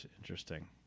interesting